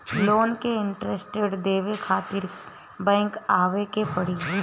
Loan के interest देवे खातिर बैंक आवे के पड़ी?